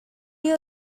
you